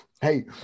Hey